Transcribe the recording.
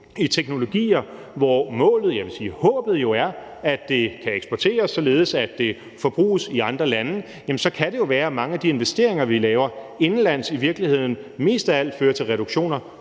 i teknologier, hvor målet, og jeg vil sige håbet jo er, at det kan eksporteres, således at det forbruges i andre lande, så kan det jo være, at mange af de investeringer, vi laver indenlands, i virkeligheden mest af alt fører til reduktioner